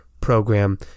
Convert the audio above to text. program